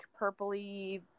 purpley